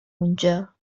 اونجا